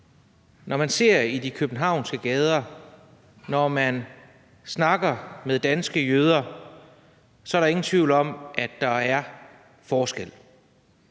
når man ser i de københavnske gader, og når man snakker med danske jøder, er der ingen tvivl om, at der er forskel.